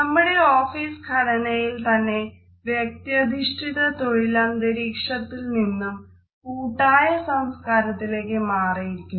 നമ്മുടെ ഓഫീസ് ഘടനയിൽത്തന്നെ വ്യക്ത്യധിഷ്ഠിത തൊഴിലന്തരീക്ഷത്തിൽ നിന്നും കൂട്ടായ സംസ്കാത്തിലേക്ക് മാറിയിരിക്കുന്നു